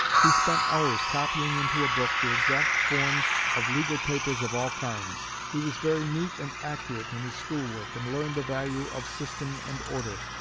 he spent hours copying into a book the exact forms of legal papers of all kinds. he was very neat and accurate in his school work and learned the value of system and order.